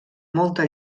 molta